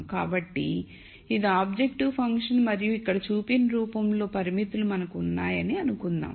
కాబట్టి ఇది objective function మరియు ఇక్కడ చూపిన రూపం లో లో పరిమితులు మనకు ఉన్నాయని అనుకుందాం